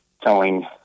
telling